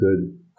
good